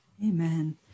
Amen